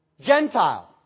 Gentile